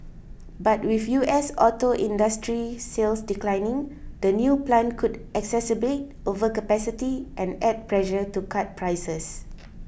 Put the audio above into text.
but with U S auto industry sales declining the new plant could exacerbate overcapacity and add pressure to cut prices